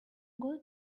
got